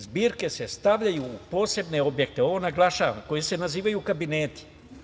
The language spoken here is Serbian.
Zbirke se stavljaju u posebne objekte, ovo naglašavam, koje se nazivaju kabineti.